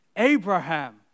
Abraham